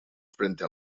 frente